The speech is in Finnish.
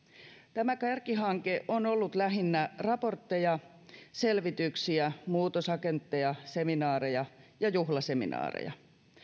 tämä kärkihanke on ollut lähinnä raportteja selvityksiä muutosagentteja seminaareja ja juhlaseminaareja